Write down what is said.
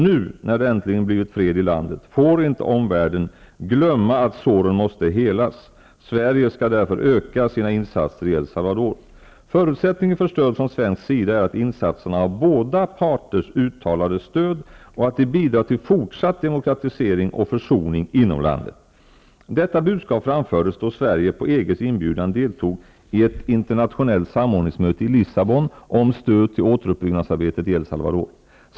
Nu, när det äntligen blivit fred i landet, får inte omvärlden glömma att såren måste helas. Sverige skall därför öka sina insatser i El Salvador. Förutsättningen för stöd från svensk sida är att insatserna har båda parters uttalade stöd och att de bidrar till fortsatt demokratisering och försoning inom landet. Detta budskap framfördes då Sverige, på EG:s inbjudan, del tog i ett internationellt samordningsmöte i Lissabon om stöd till återupp byggnadsarbetet i El Salvador.